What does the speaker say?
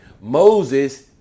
Moses